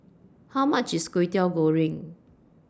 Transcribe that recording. How much IS Kway Teow Goreng